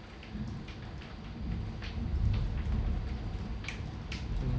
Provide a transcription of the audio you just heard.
mm